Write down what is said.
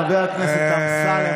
הצעת חוק הכנסת (תיקון מס' 49),